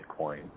Bitcoin